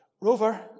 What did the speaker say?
Rover